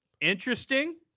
Interesting